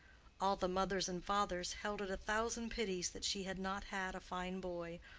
all the mothers and fathers held it a thousand pities that she had not had a fine boy,